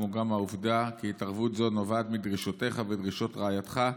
כמו גם העובדה כי התערבות זו נובעת מדרישותיך ודרישות רעייתך,